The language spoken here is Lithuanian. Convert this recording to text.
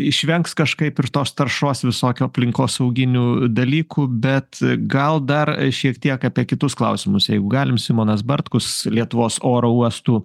išvengs kažkaip ir tos taršos visokio aplinkosauginių dalykų bet gal dar šiek tiek apie kitus klausimus jeigu galim simonas bartkus lietuvos oro uostų